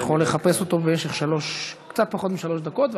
אתה יכול לחפש אותו במשך קצת פחות משלוש דקות,